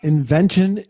Invention